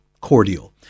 cordial